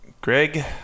Greg